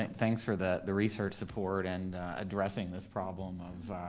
and thanks for the the research support and addressing this problem of